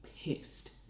pissed